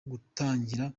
gutangira